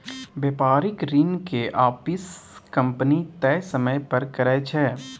बेपारिक ऋण के आपिस कंपनी तय समय पर करै छै